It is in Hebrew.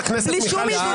תעצרו שנייה,